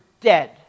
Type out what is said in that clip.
dead